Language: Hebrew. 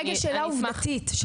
אני --- שאלה עובדתית,